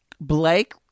Blake